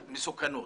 מסוכנות.